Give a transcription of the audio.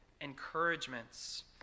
encouragements